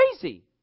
crazy